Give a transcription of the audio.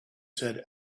said